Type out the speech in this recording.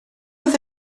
oedd